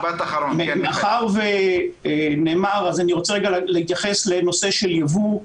מאחר ונאמר אז אני רוצה להתייחס לנושא של יבוא,